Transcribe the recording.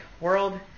world